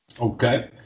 Okay